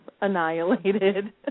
annihilated